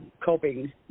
coping